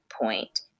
point